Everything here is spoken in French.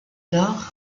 nord